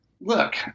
look